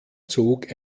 zog